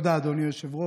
תודה, אדוני היושב-ראש.